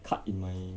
cut in my